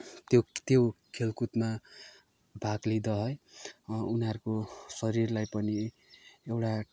त्यो त्यो खेलकुदमा भाग लिँदा है उनीहरूको शरीरलाई पनि एउटा